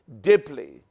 deeply